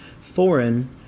Foreign